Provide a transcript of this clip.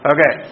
Okay